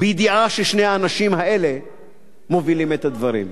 בידיעה ששני האנשים האלה מובילים את הדברים?